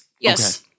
Yes